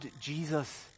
Jesus